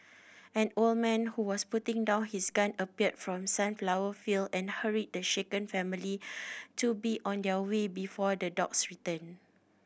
an old man who was putting down his gun appeared from sunflower field and hurried the shaken family to be on their way before the dogs return